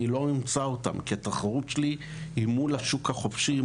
לא אמצא אותם כי התחרות שלי היא מול השוק החופשי,